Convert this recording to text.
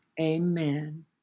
amen